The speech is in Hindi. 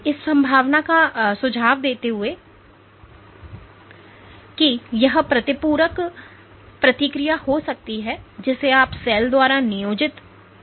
इस संभावना का सुझाव देते हुए कि यह प्रतिपूरक प्रतिक्रिया हो सकती है जिसे आप सेल द्वारा नियोजित जानते हैं